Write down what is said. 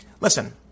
Listen